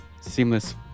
seamless